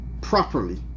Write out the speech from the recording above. properly